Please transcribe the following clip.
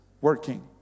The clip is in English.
working